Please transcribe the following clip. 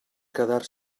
quedar